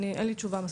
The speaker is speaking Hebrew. אין לי תשובה.